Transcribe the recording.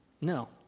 No